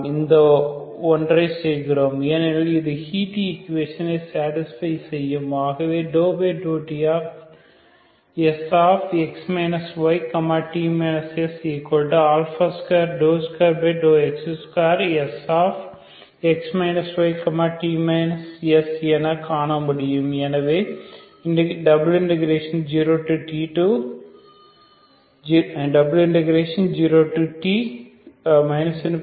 இந்த ஒன்றை செய்கிறோம் ஏனெனில் இது ஹீட் ஈகுவேஷனை சேடிஸ்பை செய்யும் ஆகவே ∂tSx y t s22x2Sx y t s என காண முடியும் எனவே 0t ∞∂tSx y t shy sdyds இது 20t ∞2x2Sx y t shy sdydsஎன மாறும்